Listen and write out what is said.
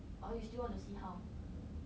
or you still want to see how